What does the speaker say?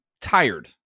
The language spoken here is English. tired